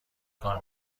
کار